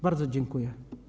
Bardzo dziękuję.